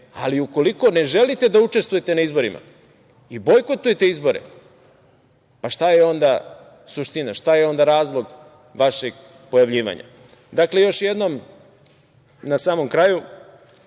Ali, ukoliko ne želite da učestvujete na izborima i bojkotujete izbore, šta je onda suština, šta je onda razlog vašeg pojavljivanja? Dakle, još jednom na samom kraju,